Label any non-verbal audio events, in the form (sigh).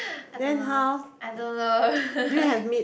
I don't know I don't know (laughs)